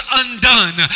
undone